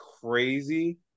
crazy